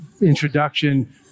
introduction